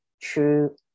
true